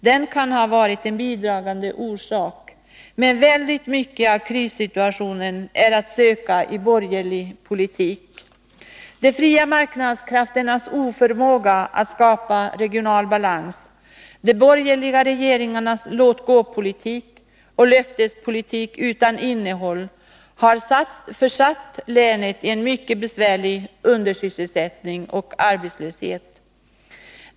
Den kan ha varit en bidragande orsak, men väldigt mycket av krissituationen är att söka i borgerlig politik. De fria marknadskrafternas oförmåga att skapa regional balans, de borgerliga regeringarnas låt-gå-politik och löftespolitik utan innehåll har försatt länet i en mycket besvärlig undersysselsättning och arbetslöshet.